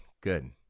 good